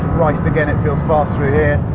christ, again it feels fast through here.